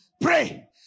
Pray